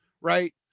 right